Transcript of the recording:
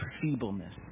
feebleness